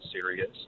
serious